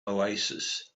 oasis